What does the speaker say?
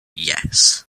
yes